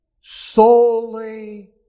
solely